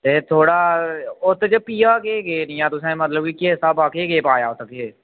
ते थोहड़ा ओत्त च पेईया केह् केह् जियां तुसें मतलब किश स्हाबा केह् केह् पाया